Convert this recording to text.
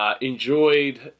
enjoyed